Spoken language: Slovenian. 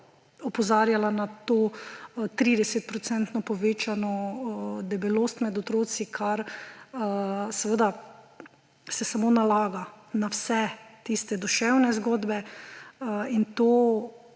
opozarjala na to 30-procentno povečano debelost med otroci, kar seveda se samo nalaga na vse tiste duševne zgodbe. In to